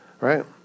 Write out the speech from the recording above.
Right